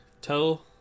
tell